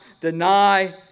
Deny